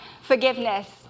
forgiveness